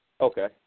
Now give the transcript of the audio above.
Okay